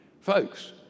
Folks